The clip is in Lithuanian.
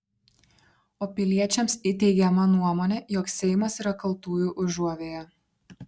o piliečiams įteigiama nuomonė jog seimas yra kaltųjų užuovėja